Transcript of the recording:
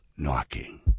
Knocking